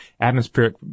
atmospheric